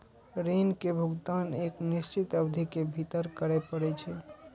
ऋण के भुगतान एक निश्चित अवधि के भीतर करय पड़ै छै